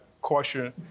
question